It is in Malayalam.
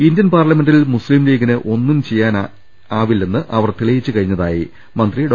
ഇന്ത്യൻ പാർലമെന്റിൽ മുസ്ലിംലീഗിന് ഒന്നും ചെയ്യാനി ല്ലെന്ന് അവർ തെളിയിച്ച് കഴിഞ്ഞതായി മന്ത്രി ഡോ